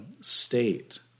state